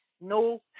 no